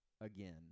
again